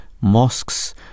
mosques